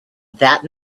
that